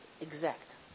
exact